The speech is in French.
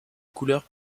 couleur